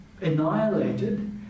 annihilated